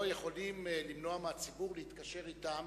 לא יכולים למנוע מהציבור להתקשר אתם,